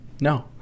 no